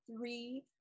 three